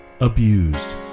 Abused